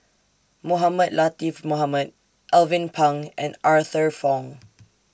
Mohamed Latiff Mohamed Alvin Pang and Arthur Fong